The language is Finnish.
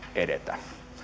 edetä